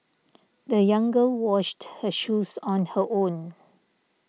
the young girl washed her shoes on her own